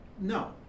no